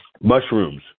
Mushrooms